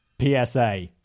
PSA